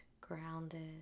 grounded